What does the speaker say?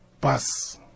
bus